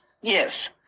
yes